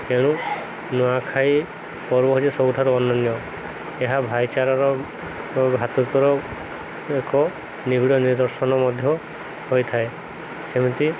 ତେଣୁ ନୂଆଖାଇ ପର୍ବ ହେଉଛି ସବୁଠାରୁ ଅନନ୍ୟ ଏହା ଭାଇଚାରାର ଭାତୃତ୍ତ୍ୱର ଏକ ନିବିଡ଼ ନିଦର୍ଶନ ମଧ୍ୟ ହୋଇଥାଏ ସେମିତି